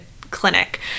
clinic